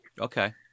Okay